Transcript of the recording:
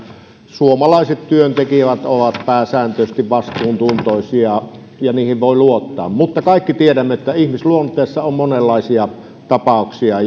suomalaiset työntekijät ovat pääsääntöisesti vastuuntuntoisia ja heihin voi luottaa mutta kaikki tiedämme että ihmisluonteissa on monenlaisia tapauksia